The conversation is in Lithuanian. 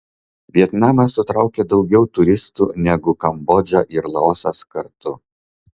vietnamas sutraukia daugiau turistų negu kambodža ir laosas kartu